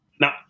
Now